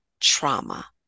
trauma